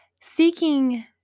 seeking